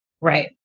Right